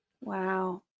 Wow